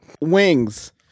Wings